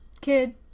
kid